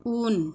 उन